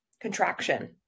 Contraction